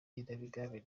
n’igenamigambi